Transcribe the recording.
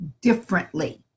differently